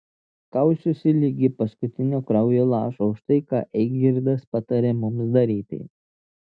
kausiuosi ligi paskutinio kraujo lašo už tai ką eigirdas patarė mums daryti